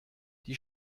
die